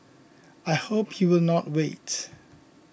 I hope you will not wait